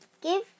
Give